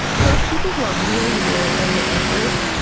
the people who are really, really in the in-group,